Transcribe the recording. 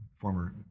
former